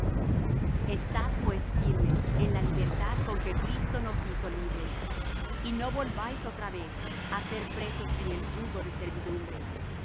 estad pues firmes en la libertad con que cristo nos hizo libres y no volváis otra vez á ser presos en el yugo de servidumbre